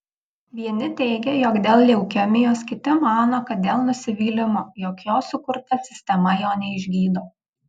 vieni teigia jog dėl leukemijos kiti mano kad dėl nusivylimo jog jo sukurta sistema jo neišgydo